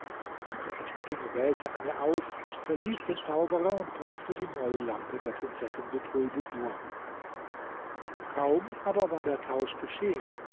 der verschnittene wählte eine aus verließ den zauberer und brachte die neue lampe der prinzessin bedrulbudur kaum aber war der tausch geschehen